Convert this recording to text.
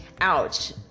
ouch